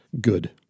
Good